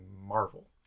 Marvel